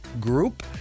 group